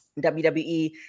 WWE